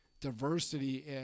diversity